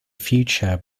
future